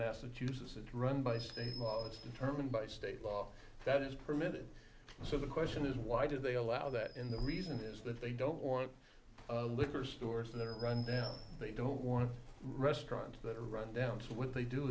massachusetts it's run by state law it's determined by state law that is permitted so the question is why did they allow that in the reason is that they don't want liquor stores that are run down they don't want restaurants that are rundowns what they do